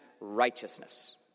righteousness